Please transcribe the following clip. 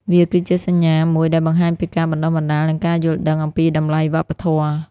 វាគឺជាសញ្ញាមួយដែលបង្ហាញពីការបណ្តុះបណ្តាល និងការយល់ដឹងអំពីតម្លៃវប្បធម៌។